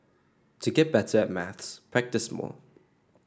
to get better at maths practise more